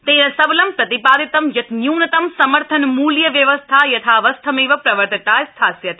तेन सबलं प्रति ादितं यत् न्यूनतम समर्थन मूल्य व्यवस्था यथावस्थमेव प्रवर्तिता स्थास्यति